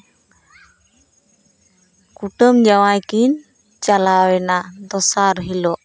ᱠᱩᱴᱟᱹᱢ ᱡᱟᱶᱟᱭ ᱠᱤᱱ ᱪᱟᱞᱟᱣᱮᱱᱟ ᱫᱚᱥᱟᱨ ᱦᱤᱞᱳᱜ